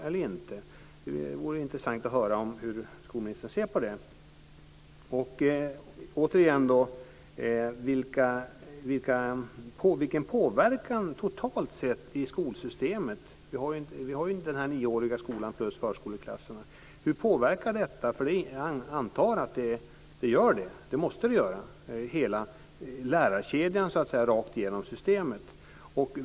Det vore intressant att höra hur skolministern ser på det här. Återigen undrar jag vilken påverkan det här ger totalt sett i skolsystemet. Vi har ju den nioåriga skolan plus förskoleklasserna. Hur påverkar detta? Jag antar att det påverkar; det måste det göra. Det gäller hela lärarkedjan rakt igenom systemet.